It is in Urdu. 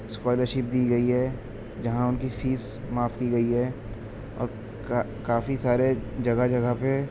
اسکالر شپ دی گئی ہے جہاں ان کی فیس معاف کی گئی ہے اور کا کافی سارے جگہ جگہ پہ